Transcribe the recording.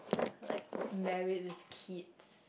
like married with kids